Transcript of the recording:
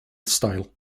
style